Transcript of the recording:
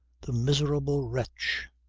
the miserable wretch.